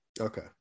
Okay